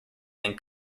than